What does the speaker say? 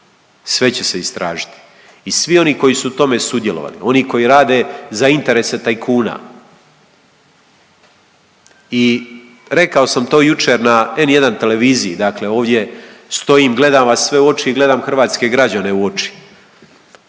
Sve će se istražiti i svi oni koji su u tome sudjelovali, oni koji rade za interese tajkuna i rekao sam to jučer na N1 televiziji, dakle ovdje stojim gledam vas sve u oči i gledam hrvatske građane u oči,